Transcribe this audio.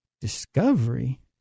discovery